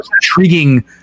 intriguing